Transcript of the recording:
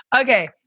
Okay